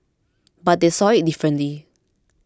but they saw it differently